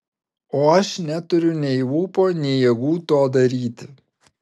o aš neturiu nei ūpo nei jėgų to daryti